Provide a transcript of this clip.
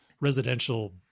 residential